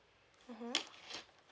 mmhmm